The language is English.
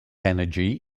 energy